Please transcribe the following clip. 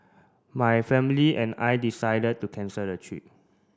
my family and I decided to cancel the trip